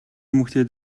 эмэгтэй